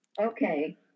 Okay